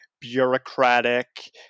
bureaucratic